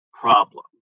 problem